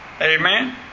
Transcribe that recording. Amen